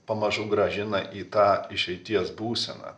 pamažu grąžina į tą išeities būseną